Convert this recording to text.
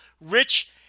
Rich